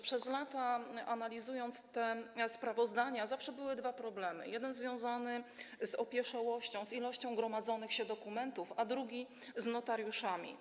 Przez lata, kiedy analizowaliśmy te sprawozdania, zawsze były dwa problemy: jeden związany z opieszałością, z ilością gromadzonych dokumentów, a drugi z notariuszami.